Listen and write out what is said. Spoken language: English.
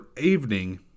evening